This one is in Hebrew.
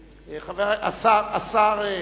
לשני.